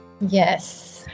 yes